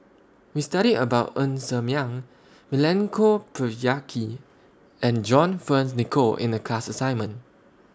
We studied about Ng Ser Miang Milenko Prvacki and John Fearns Nicoll in The class assignment